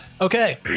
Okay